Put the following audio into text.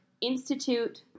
Institute